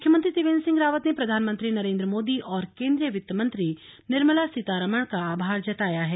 मुख्यमंत्री त्रिवेन्द्र सिंह रावत ने प्रधानमंत्री नरेंद्र मोदी और केंद्रीय वित्त मंत्री निर्मला सीतारमण का आभार जताया है